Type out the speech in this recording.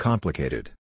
Complicated